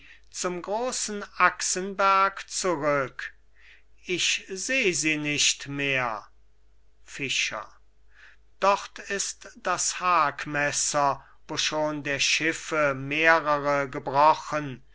zum grossen axenberg zurück ich seh sie nicht mehr fischer dort ist das hackmesser wo schon der schiffe mehrere gebrochen